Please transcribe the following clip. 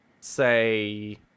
say